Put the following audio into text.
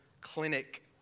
clinic